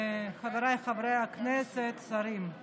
חבריי חברי הכנסת, אני